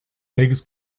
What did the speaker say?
pigs